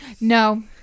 no